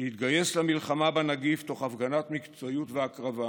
שהתגייס למלחמה בנגיף תוך הפגנת מקצועיות והקרבה